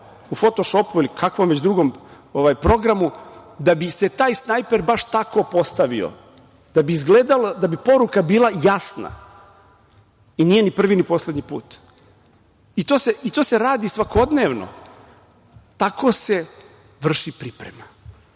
u fotošopu ili već nekom programu da bi se taj snajper baš tako postavio da bi poruka bila jasna i nije ni prvi, ni poslednji put. I to se radi svakodnevno. Tako se vrši priprema.